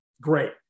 great